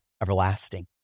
everlasting